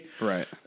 Right